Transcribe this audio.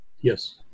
Yes